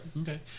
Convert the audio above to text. Okay